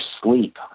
sleep